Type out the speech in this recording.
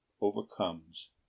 overcomes